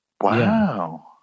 Wow